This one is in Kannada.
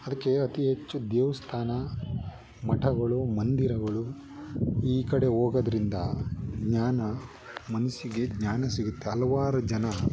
ಅದಕ್ಕೆ ಅತಿ ಹೆಚ್ಚು ದೇವಸ್ಥಾನ ಮಠಗಳು ಮಂದಿರಗಳು ಈ ಕಡೆ ಹೋಗೋದ್ರಿಂದ ಜ್ಞಾನ ಮನಸ್ಸಿಗೆ ಜ್ಞಾನ ಸಿಗುತ್ತೆ ಹಲವಾರು ಜನ